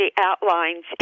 outlines